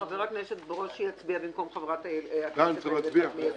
חבר הכנסת ברושי יצביע במקום חברת הכנסת איילת נחמיאס ורבין.